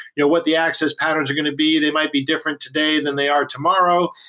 you know what the access patterns are going to be. they might be different today than they are tomorrow.